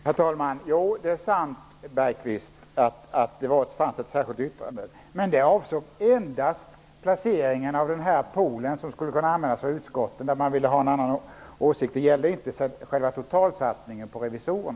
Herr talman! Jo, det är sant, Bergqvist, att det fanns ett särskilt yttrande. Men det gällde endast placeringen av den pool som skulle kunna användas av utskotten, inte själva sammansättningen.